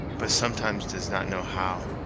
but sometimes does not know how.